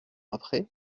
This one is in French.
après